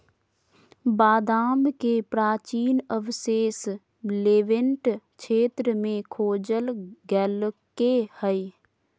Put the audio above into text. बादाम के प्राचीन अवशेष लेवेंट क्षेत्र में खोजल गैल्के हइ